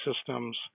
systems